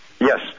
Yes